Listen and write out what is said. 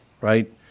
right